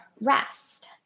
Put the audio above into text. rest